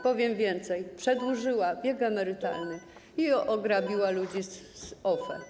Powiem więcej, wydłużyła wiek emerytalny i ograbiła ludzi z OFE.